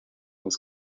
was